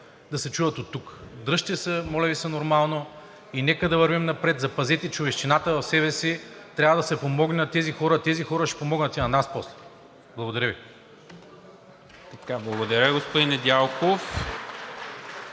да се чуят оттук, дръжте се, моля Ви, нормално. Нека да вървим напред. Запазете човещината в себе си, трябва да се помогне на тези хора, а тези хора ще помогнат и на нас после. Благодаря ви.